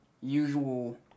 usual